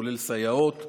כולל סייעות.